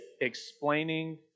Explaining